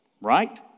right